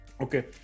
Okay